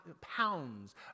pounds